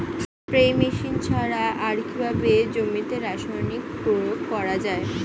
Spray machine ছাড়া আর কিভাবে জমিতে রাসায়নিক প্রয়োগ করা যায়?